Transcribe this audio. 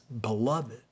beloved